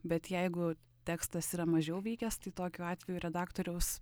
bet jeigu tekstas yra mažiau vykęs tai tokiu atveju redaktoriaus